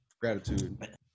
Gratitude